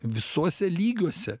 visuose lygiuose